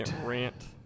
Rant